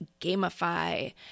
gamify